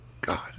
God